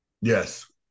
Yes